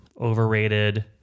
overrated